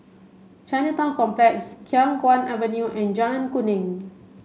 Chinatown Complex Khiang Guan Avenue and Jalan Kuning